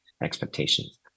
expectations